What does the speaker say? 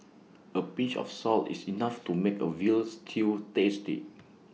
A pinch of salt is enough to make A Veal Stew tasty